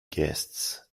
guests